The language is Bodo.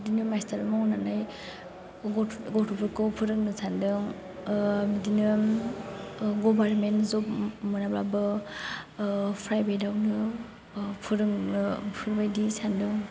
बिदिनो मास्टार मावनानै गथ' गथ'फोरखौ फोरोंनो सान्दों बिदिनो गभारमेन्ट जब मोनाब्लाबो प्राइभेट आवनो फोरोंनो बेफोरबायदि सानदों